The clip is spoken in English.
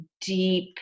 deep